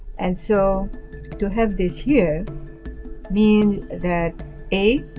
and so to have this here means that a,